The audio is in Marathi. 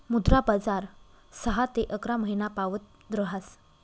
मुद्रा बजार सहा ते अकरा महिनापावत ऱहास